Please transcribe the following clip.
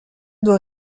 doit